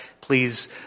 Please